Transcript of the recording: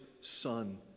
Son